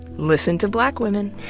listen to black women.